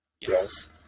Yes